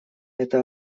это